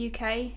UK